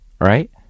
Right